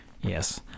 Yes